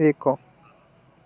ଏକ